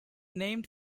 named